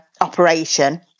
operation